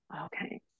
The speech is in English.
Okay